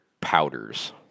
powders